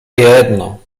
jedno